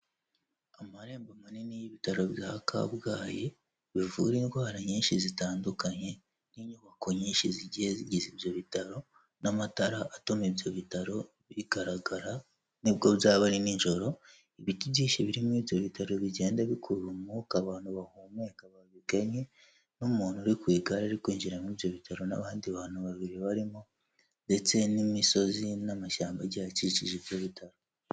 Amarembo manini y'ibitaro bya kabgayi bivura indwara nyinshi zitandukanye n'inyubako nyinshi zigiye zigize ibyo bitaro n'amatara atuma ibyo bitaro bigaragara nibwo byaba ari nijoro ibiti byinshi birimo ibyo bitaro bigenda bikurura umwuka abantu bahumeka babigannnye n'umuntu uri ku igare ari kwinjira muri ibyo bitaro n'abandi bantu babiri barimo ndetse n'imisozi n'amashyamba agiye akikije ibyo bitaro.